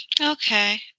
Okay